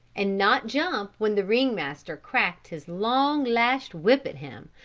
and not jump when the ring master cracked his long lashed whip at him,